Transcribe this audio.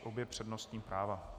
Obě přednostní práva.